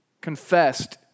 confessed